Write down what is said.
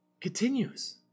continues